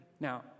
Now